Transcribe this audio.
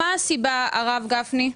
מהי הסיבה לכך, הרב גפני?